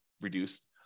reduced